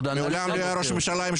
מעולם לא היה ראש ממשלה שעשה דבר כזה.